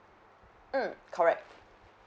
mm correct